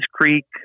Creek